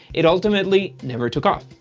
it ultimately never took off.